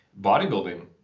bodybuilding